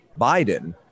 Biden